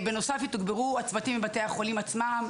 בנוסף יתוגברו הצוותים בבתי החולים עצמם,